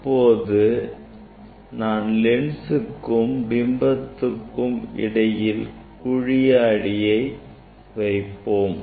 இப்போது நான் லென்ஸ்க்கும் பிம்பத்திற்கு இடையில் குழி ஆடியை வைப்போம்